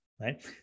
Right